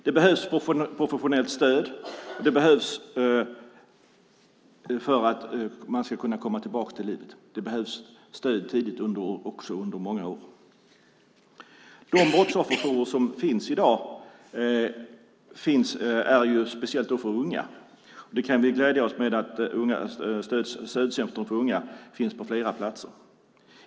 Det behövs professionellt stöd för att man ska kunna komma tillbaka till livet. Det behövs stöd tidigt och under många år. De brottsofferjourer som finns i dag uppsöks framför allt av unga. Vi kan glädja oss åt att Stödcentrum för unga finns på flera platser.